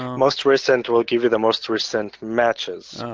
um most recent will give you the most recent matches.